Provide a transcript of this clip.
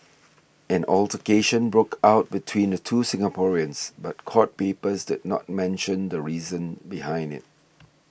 an altercation broke out between the two Singaporeans but court papers did not mention the reason behind it